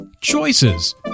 Choices